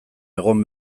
egon